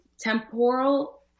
temporal